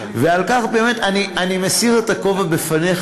ועל כך אני מסיר את הכובע לפניך.